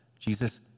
Jesus